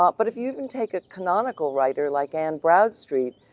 um but if you even take a canonical writer like anne bradstreet,